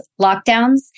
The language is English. lockdowns